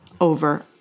over